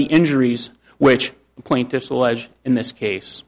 the injuries which the plaintiffs allege in this case